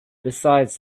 besides